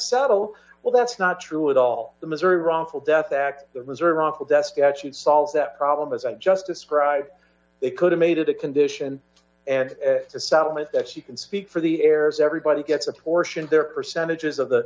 settle well that's not true at all the missouri wrongful death act the reserve awful desk actually solved that problem as i just described they could have made it a condition to settlement that you can speak for the heirs everybody gets a portion of their percentages of the